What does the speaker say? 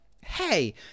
hey